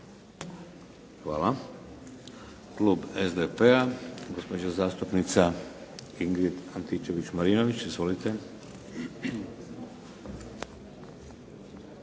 Hvala. Klub SDP-a, gospođa zastupnica Ingrid Antičević-Marinović. Izvolite.